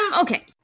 Okay